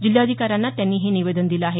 जिल्हाधिकाऱ्यांना त्यांनी हे निवेदन दिलं आहे